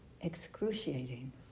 excruciating